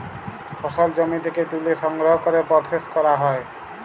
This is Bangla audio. ফসল জমি থ্যাকে ত্যুলে সংগ্রহ ক্যরে পরসেস ক্যরা হ্যয়